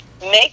make